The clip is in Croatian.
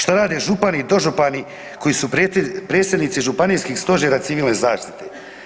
Šta rade župani i dožupani koji su predsjednici županijskih stožera civilne zaštite?